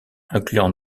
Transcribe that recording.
incluant